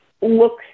looks